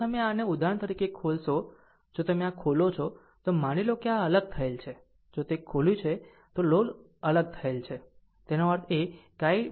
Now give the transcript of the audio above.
જો તમે આને ઉદાહરણ તરીકે ખોલશો જો તમે આ ખોલો છો તો માની લો કે આ અલગ થયેલ છે જો તે આ ખોલ્યું છે તો લોડ અલગ થયેલ છે